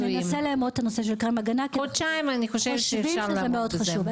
ננסה לאמוד את הנושא של קרמי ההגנה כי אנחנו חושבים שזה מאוד חשוב,